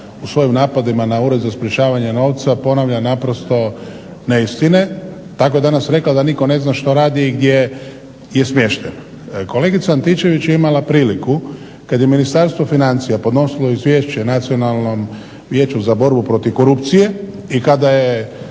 u svojim napadima na Ured za sprečavanje pranja novca ponavlja naprosto neistine. Tako je danas rekla da nitko ne zna što radi i gdje je smještan. Kolegica Antičević je imala priliku kad je Ministarstvo financija podnosilo izvješće Nacionalnom vijeću za borbu protiv korupcije i kada je